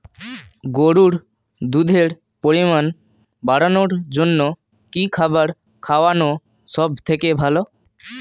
গরুর দুধের পরিমাণ বাড়ানোর জন্য কি খাবার খাওয়ানো সবথেকে ভালো?